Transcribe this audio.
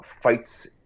fights